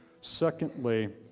Secondly